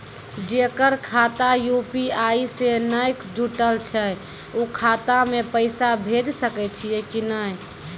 जेकर खाता यु.पी.आई से नैय जुटल छै उ खाता मे पैसा भेज सकै छियै कि नै?